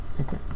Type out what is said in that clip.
Okay